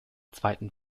zweiten